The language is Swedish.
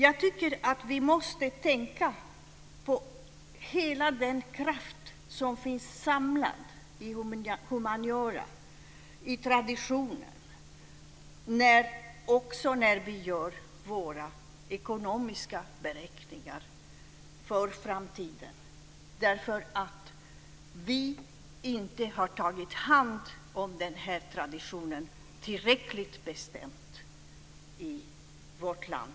Jag tycker att vi måste tänka på hela den kraft som finns samlad i humaniora och i traditionen också när vi gör våra ekonomiska beräkningar för framtiden, därför att vi inte har tagit hand om denna tradition tillräckligt bestämt i vårt land.